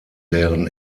deren